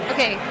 Okay